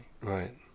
Right